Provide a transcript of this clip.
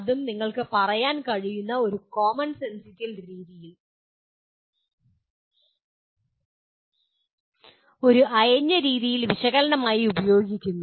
അതും നിങ്ങൾക്ക് പറയാൻ കഴിയുന്ന ഒരു കോമൺസെൻസിക്കൽ രീതിയിൽ ഒരു അയഞ്ഞ രീതിയിൽ വിശകലനമായി ഉപയോഗിക്കുന്നു